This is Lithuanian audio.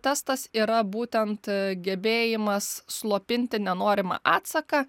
testas yra būtent gebėjimas slopinti nenorimą atsaką